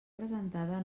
presentada